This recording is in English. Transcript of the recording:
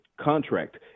contract